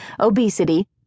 obesity